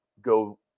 go